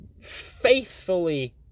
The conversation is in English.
faithfully